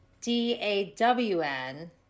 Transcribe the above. D-A-W-N